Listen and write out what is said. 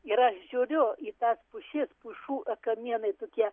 ir aš žiūriu į tas pušis pušų kamienai tokie